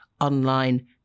online